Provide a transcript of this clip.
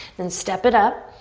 and step it up,